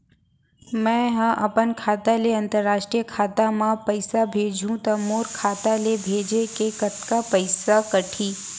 मै ह अपन खाता ले, अंतरराष्ट्रीय खाता मा पइसा भेजहु त मोर खाता ले, भेजे के कतका पइसा कटही?